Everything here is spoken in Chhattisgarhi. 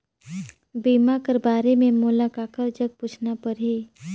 बीमा कर बारे मे मोला ककर जग पूछना परही?